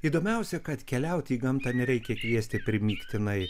įdomiausia kad keliauti į gamtą nereikia kviesti primygtinai